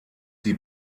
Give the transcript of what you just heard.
die